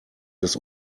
des